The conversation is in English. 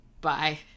Bye